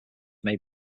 may